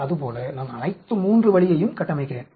அதுபோல நான் அனைத்து மூன்று வழியையும் கட்டமைக்கிறேன்